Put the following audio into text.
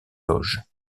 loges